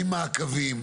מספיק.